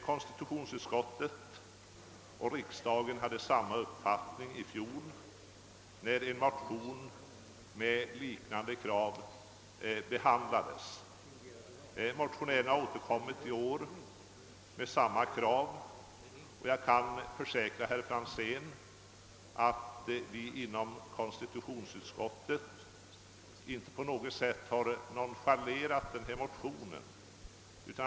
Konstitutionsutskottet och riksdagen hade samma uppfattning i fjol, när en motion med motsvarande krav behandlades. Motionärerna har återkommit i år, och jag kan försäkra herr Franzén i Träkumla att vi inom konstitutionsutskottet inte på något sätt nonchalerat denna motion.